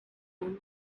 noon